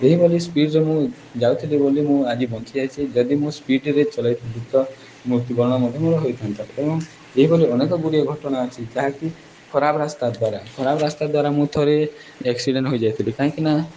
ଏହିଭଲି ସ୍ପିଡ଼୍ରେ ମୁଁ ଯାଉଥିଲି ବୋଲି ମୁଁ ଆଜି ବଞ୍ଚି ଯାଇଛି ଯଦି ମୁଁ ସ୍ପିଡ଼୍ରେ ଚଲେଇଥାନ୍ତି ତ ମୃତ୍ୟୁବରଣ ମଧ୍ୟମ ହୋଇଥାନ୍ତା ଏବଂ ଏହିଭଳି ଅନେକଗୁଡ଼ିଏ ଘଟଣା ଅଛି ଯାହାକି ଖରାପ ରାସ୍ତା ଦ୍ୱାରା ଖରାପ ରାସ୍ତା ଦ୍ୱାରା ମୁଁ ଥରେ ଆକ୍ସିଡ଼େଣ୍ଟ ହୋଇଯାଇଥିଲି କାହିଁକି ନା